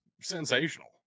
sensational